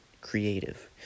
creative